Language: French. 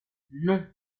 non